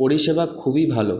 পরিষেবা খুবই ভালো